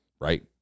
right